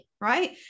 right